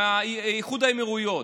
עם איחוד האמירויות.